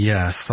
Yes